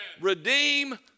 Redeem